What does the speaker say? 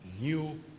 New